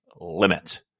limit